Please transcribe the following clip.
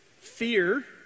fear